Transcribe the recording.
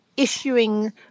issuing